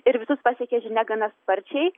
ir visus pasiekė žinia gana sparčiai